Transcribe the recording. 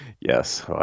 Yes